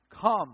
come